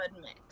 mix